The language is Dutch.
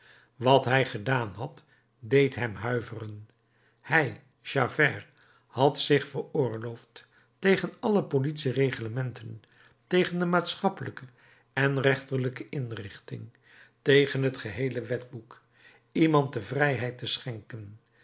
wat hij gedaan had deed hem huiveren hij javert had zich veroorloofd tegen alle politiereglementen tegen de maatschappelijke en rechterlijke inrichting tegen het geheele wetboek iemand de vrijheid te schenken